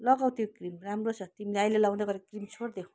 लगाऊ त्यो क्रिम राम्रो छ तिमीले अहिले लाउँदै गरेको क्रिम छोडिदेऊ